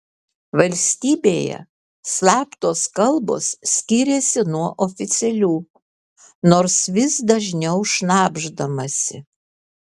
valstybėje slaptos kalbos skiriasi nuo oficialių nors vis dažniau šnabždamasi